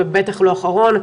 ובטח לא אחרון.